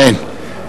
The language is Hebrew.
אמן.